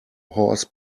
horse